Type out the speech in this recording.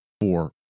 four